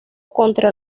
contra